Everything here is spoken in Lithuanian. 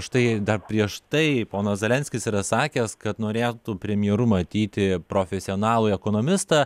štai dar prieš tai ponas zelenskis yra sakęs kad norėtų premjeru matyti profesionalų ekonomistą